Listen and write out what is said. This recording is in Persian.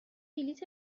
بلیط